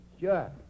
Sure